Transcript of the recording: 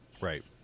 Right